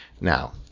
Now